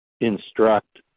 instruct